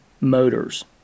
motors